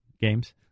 games